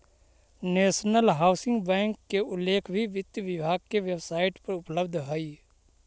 national Housing Bank के उल्लेख भी वित्त विभाग के वेबसाइट पर उपलब्ध हइ